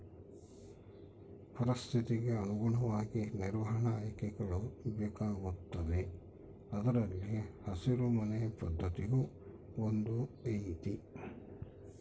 ಪರಿಸ್ಥಿತಿಗೆ ಅನುಗುಣವಾಗಿ ನಿರ್ವಹಣಾ ಆಯ್ಕೆಗಳು ಬೇಕಾಗುತ್ತವೆ ಅದರಲ್ಲಿ ಹಸಿರು ಮನೆ ಪದ್ಧತಿಯೂ ಒಂದು ಐತಿ